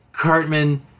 Cartman